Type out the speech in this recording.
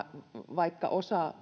vaikka osa